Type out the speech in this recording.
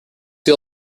eel